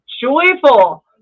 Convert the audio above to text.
joyful